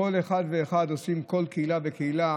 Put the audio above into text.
כל אחד ואחד עושים, כל קהילה וקהילה.